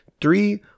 three